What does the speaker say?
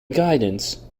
guidance